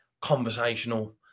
conversational